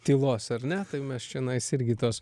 tylos ar ne tai mes čionais irgi tos